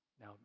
Now